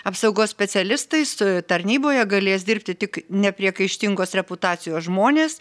apsaugos specialistais tarnyboje galės dirbti tik nepriekaištingos reputacijos žmonės